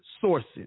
sources